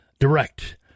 Direct